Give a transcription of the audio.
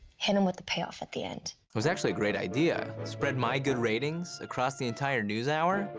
hit them with the payoff at the end. it was actually a great idea spread my good ratings across the entire news hour.